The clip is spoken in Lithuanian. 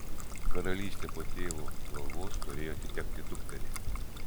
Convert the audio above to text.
karalystė po tėvo galvos turėjo atitekti dukteriai